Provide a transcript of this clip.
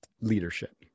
leadership